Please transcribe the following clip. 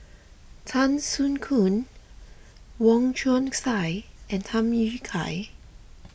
Tan Soo Khoon Wong Chong Sai and Tham Yui Kai